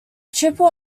triple